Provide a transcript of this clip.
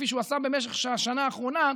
כפי שהוא עשה במשך השנה האחרונה,